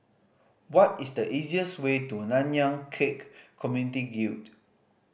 what is the easiest way to Nanyang Khek Community Guild